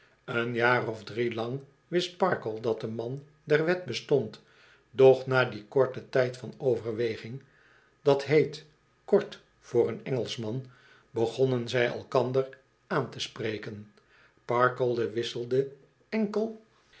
een jaar of drie lang wist parkle dat de man der wet bestond doch na dien korten tijd van overweging d h kort voor een engelschman begonnen zij elkander aan te spreken parkle wisselde enkel